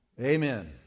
Amen